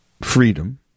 freedom